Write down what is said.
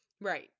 Right